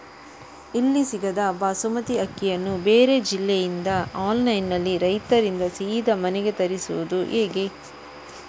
ಇಲ್ಲಿ ಸಿಗದ ಬಾಸುಮತಿ ಅಕ್ಕಿಯನ್ನು ಬೇರೆ ಜಿಲ್ಲೆ ಇಂದ ಆನ್ಲೈನ್ನಲ್ಲಿ ರೈತರಿಂದ ಸೀದಾ ಮನೆಗೆ ತರಿಸುವುದು ಹೇಗೆ?